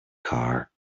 car